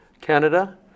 Canada